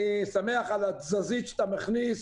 אני שמח על התזזית שאתה מכניס.